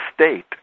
state